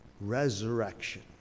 resurrection